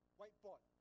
whiteboard